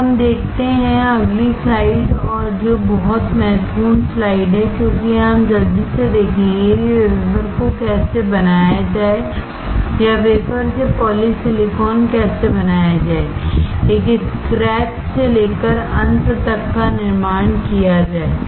आइए हम देखते हैं अगली स्लाइड और जो बहुत महत्वपूर्ण स्लाइड है क्योंकि यहां हम जल्दी से देखेंगे कि वेफर को कैसे बनाया जाए या वेफर से पॉलीसिलिकॉन कैसे बनाया जाए एक स्क्रैच से लेकर अंत तक का निर्माण किया जाए